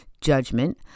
judgment